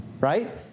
right